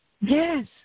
Yes